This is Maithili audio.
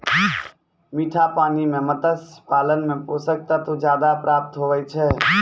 मीठा पानी मे मत्स्य पालन मे पोषक तत्व ज्यादा प्राप्त हुवै छै